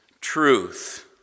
truth